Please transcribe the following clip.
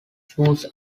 choose